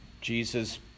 Jesus